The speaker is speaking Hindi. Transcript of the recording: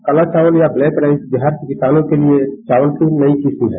काला चावल ब्लैक राइस बिहार के किसानों के लिए चावल की नई किस्म है